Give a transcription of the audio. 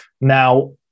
Now